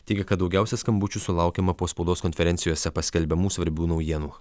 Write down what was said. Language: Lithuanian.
teigė kad daugiausia skambučių sulaukiama po spaudos konferencijose paskelbiamų svarbių naujienų